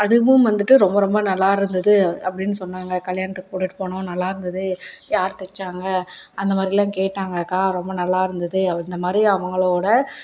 அதுவும் வந்துவிட்டு ரொம்ப ரொம்ப நல்லா இருந்தது அப்படின் சொன்னாங்க கல்யாணத்துக்குப் போட்டுட்டு போனோம் நல்லா இருந்தது யார் தச்சாங்க அந்தமாதிரிலாம் கேட்டாங்க அக்கா ரொம்ப நல்லா இருந்தது அந்தமாதிரி அவங்களோடய